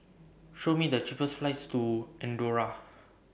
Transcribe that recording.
Show Me The cheapest flights to Andorra